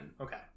Okay